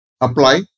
apply